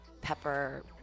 pepper